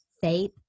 faith